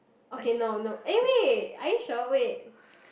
okay no no eh wait are you sure wait